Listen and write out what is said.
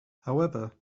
however